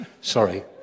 Sorry